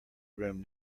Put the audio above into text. room